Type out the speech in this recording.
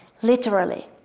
literally,